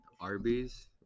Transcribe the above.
Arby's